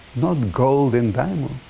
not gold and diamond.